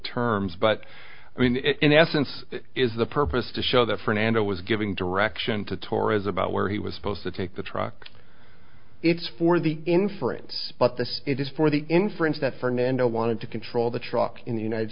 terms but in essence is the purpose to show that fernando was giving direction to torres about where he was supposed to take the truck it's for the inference but this is for the inference that fernando wanted to control the truck in the united